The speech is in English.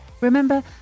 Remember